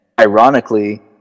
ironically